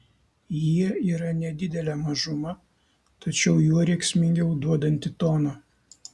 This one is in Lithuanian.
jie yra nedidelė mažuma tačiau juo rėksmingiau duodanti toną